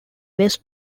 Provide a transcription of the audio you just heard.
west